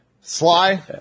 Sly